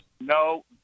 No